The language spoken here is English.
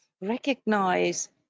recognize